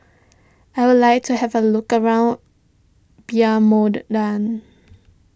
I would like to have a look around Belmopan